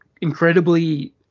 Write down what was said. incredibly